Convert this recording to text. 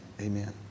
Amen